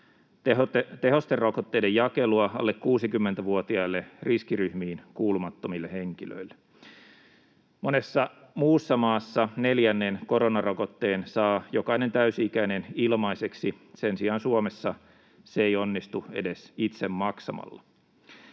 tehosterokotteiden jakelua alle 60‑vuotiaille riskiryhmiin kuulumattomille henkilöille. Monessa muussa maassa neljännen koronarokotteen saa jokainen täysi-ikäinen ilmaiseksi, sen sijaan Suomessa se ei onnistu edes itse maksamalla.